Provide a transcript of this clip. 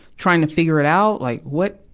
trying to figure it out. like, what,